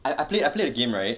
I I played I played a game right